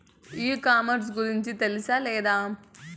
ఈ కామర్స్ గురించి తెలుసా లేదా?